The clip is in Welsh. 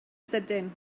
sydyn